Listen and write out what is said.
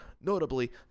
notably